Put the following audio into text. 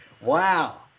Wow